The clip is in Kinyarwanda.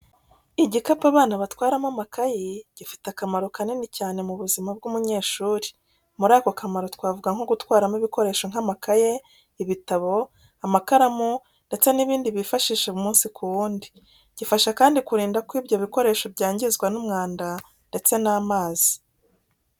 Igikapu abana batwaramo amakayi, gifite akamaro kanini cyane mu buzima bw’umunyeshuri. Muri ako kamaro twavuga nko gutwaramo ibikoresho nk'amakayi, ibitabo, amakaramu ndetse n'ibindi bifashisha umunsi ku wundi. Gifasha kandi kurinda ko ibyo ibikoresho byangizwa n'umwanda ndetse n'amazi.